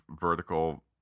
vertical